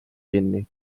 kinni